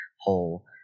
whole